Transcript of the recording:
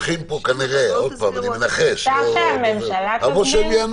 אפשר שהממשלה תסביר?